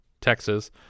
Texas